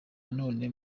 nanone